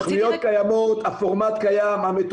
רוב הקמפיין הזה שכרו את שירותנו וראו ברכה.